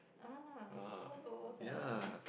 !uh! so low sia